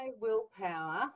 willpower